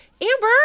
Amber